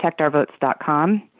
protectourvotes.com